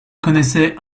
connaissait